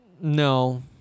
no